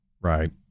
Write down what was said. right